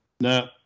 No